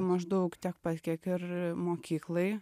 maždaug tiek pat kiek ir mokyklai